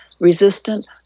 resistant